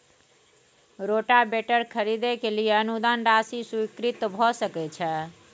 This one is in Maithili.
रोटावेटर खरीदे के लिए अनुदान राशि स्वीकृत भ सकय छैय?